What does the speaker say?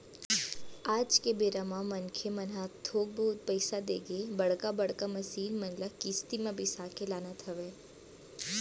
आज के बेरा मनखे मन ह थोक बहुत पइसा देके बड़का बड़का मसीन मन ल किस्ती म बिसा के लानत हवय